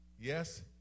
yes